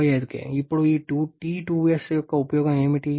ఇప్పుడు ఈ T2s యొక్క ఉపయోగం ఏమిటి